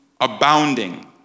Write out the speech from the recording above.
abounding